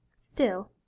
still,